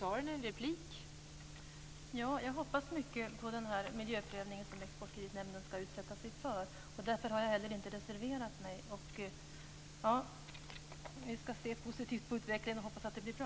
Fru talman! Jag hoppas mycket på den miljöprövning som Exportkreditnämnden skall utsätta sig för. Därför har jag inte heller reserverat mig. Vi skall se positivt på utvecklingen och hoppas att det blir bra.